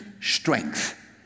strength